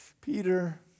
Peter